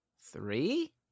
three